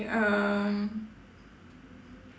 um